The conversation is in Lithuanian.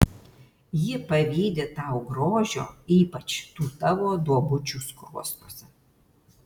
ji pavydi tau grožio ypač tų tavo duobučių skruostuose